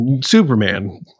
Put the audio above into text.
Superman